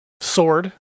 sword